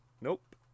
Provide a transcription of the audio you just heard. Nope